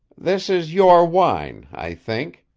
this is your wine, i think,